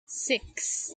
six